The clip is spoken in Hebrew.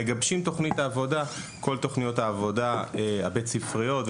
מגבשים תוכנית עבודה בית ספרית,